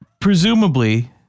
presumably